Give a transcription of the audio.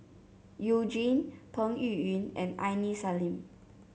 You Jin Peng Yuyun and Aini Salim